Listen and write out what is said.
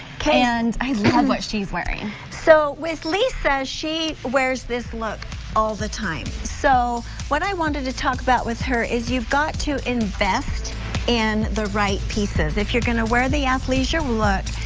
i love what she is wearing. so with lisa she wears this look all the time. so what i wanted to talk about with her is you've got to invest in the right pieces. if you are going to wear the athleisure look,